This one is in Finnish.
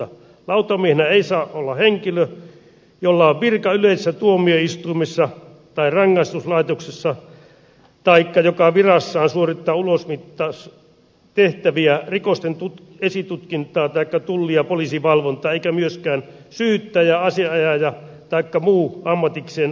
lautamiehenä ei saa olla henkilö jolla on virka yleisessä tuomioistuimessa tai rangaistuslaitoksessa taikka joka virassaan suorittaa ulosottotehtäviä rikosten esitutkintaa taikka tulli tai poliisivalvontaa eikä myöskään syyttäjä asianajaja taikka muu ammatikseen asianajoa harjoittava henkilö